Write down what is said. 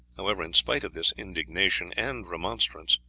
however, in spite of his indignation and remonstrance,